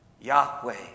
Yahweh